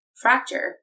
fracture